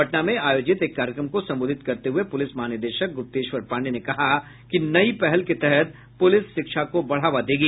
पटना में आयोजित एक कार्यक्रम को संबोधित करते हुए पुलिस महानिदेशक गुप्तेश्वर पांडेय ने कहा कि नयी पहल के तहत पुलिस शिक्षा को बढावा देगी